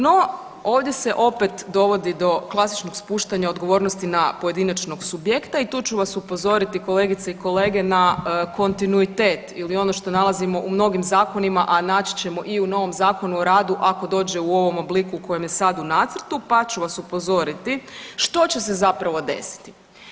No, ovdje se opet dovodi do klasičnog spuštanja odgovornosti na pojedinačnog subjekta i tu ću vas upozoriti, kolegice i kolege, na kontinuitet ili ono što nalazimo u mnogim zakonima, a naći ćemo i u novom Zakonu o radu, ako dođe u ovom obliku u kojem je sad u nacrtu, pa ću vas upozoriti što će se zapravo desiti.